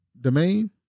Domain